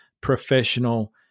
professional